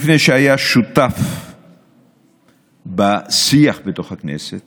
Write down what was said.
לפני שהיה שותף בשיח בתוך הכנסת,